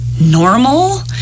normal